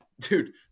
dude